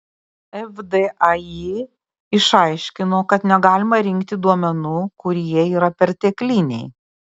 vdai išaiškino kad negalima rinkti duomenų kurie yra pertekliniai